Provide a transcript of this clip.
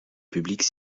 publique